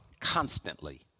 Constantly